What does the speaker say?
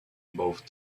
both